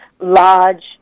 large